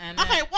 Okay